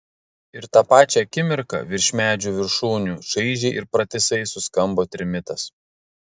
ir tą pačią akimirką virš medžių viršūnių čaižiai ir pratisai suskambo trimitas